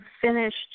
finished